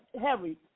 heavy